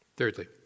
Thirdly